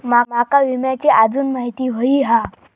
माका विम्याची आजून माहिती व्हयी हा?